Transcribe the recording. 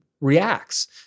reacts